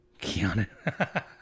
Keanu